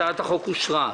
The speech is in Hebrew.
הצבעה הצעת החוק אושרה.